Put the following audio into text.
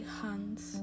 hands